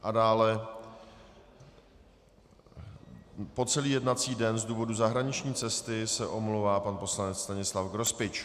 A dále po celý jednací den z důvodu zahraniční cesty se omlouvá pan poslanec Stanislav Grospič.